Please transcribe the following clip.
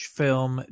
film